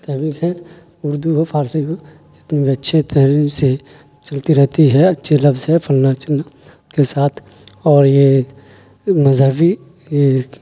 تحریک ہیں اردو ہو فارسی ہو جتنے بھی اچھے تحریر سے چلتی رہتی ہے اچھے لفظ ہے فلنا چھلنا کے ساتھ اور یہ مذہبی ای